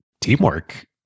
teamwork